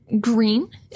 green